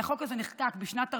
כי החוק הזה נחקק בשנת תרפפ"ו,